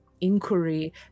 inquiry